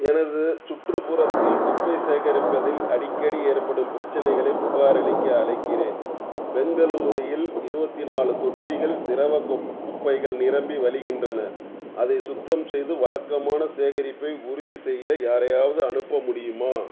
எனது சுற்றுப்புறத்தில் குப்பை சேகரிப்பதில் அடிக்கடி ஏற்படும் பிரச்சினைகளைப் புகாரளிக்க அழைக்கிறேன் பெங்களூர் இல் இருபத்தி நாலு தொட்டிகள் திரவ குப் குப்பைகள் நிரம்பி வழிகின்றன அதை சுத்தம் செய்து வழக்கமான சேகரிப்பை உறுதி செய்ய யாரையாவது அனுப்ப முடியுமா